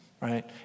Right